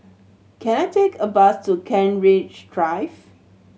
can I take a bus to Kent Ridge Drive